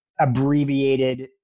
abbreviated